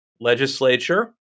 legislature